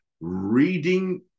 reading